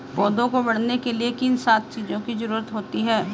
पौधों को बढ़ने के लिए किन सात चीजों की जरूरत होती है?